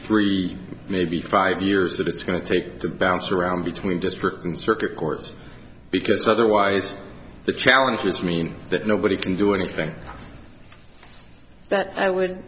three maybe five years that it's going to take to bounce around between district and circuit court because otherwise the challenges mean that nobody can do anything that i would